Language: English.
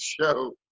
show